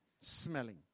smelling